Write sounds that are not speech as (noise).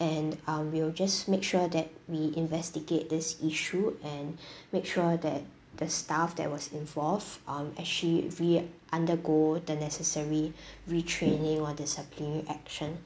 and um we will just make sure that we investigate this issue and (breath) make sure that the staff that was involve um actually re undergo the necessary (breath) retraining or disciplinary action